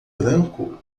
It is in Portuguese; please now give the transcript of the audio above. branco